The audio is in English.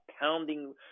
pounding